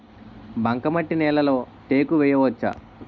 బంకమట్టి నేలలో టేకు వేయవచ్చా?